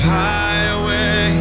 highway